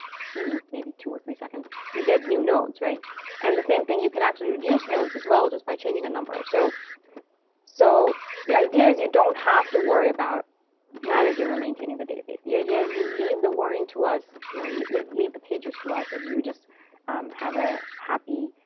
few, maybe two or three seconds, you get new nodes. and the same thing, you can actually reduce nodes as well just by changing a number. so so the idea is you don't have to worry about managing or maintaining the database. the idea is you leave the worrying to us. you know leave leave leave the pagers to us. and you just have a happy,